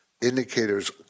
indicators